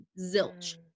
zilch